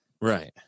right